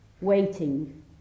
waiting